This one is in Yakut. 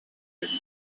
кэлбит